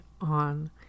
on